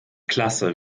klasse